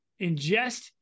ingest